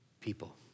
people